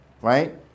right